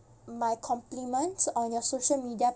my compliments on your social media